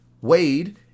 wade